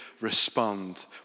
respond